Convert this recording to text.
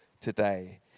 today